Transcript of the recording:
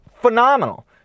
phenomenal